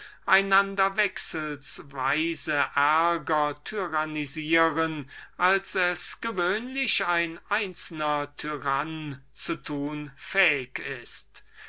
einander wechselweise ärger tyrannisieren als es irgend ein tyrann zu tun fähig ist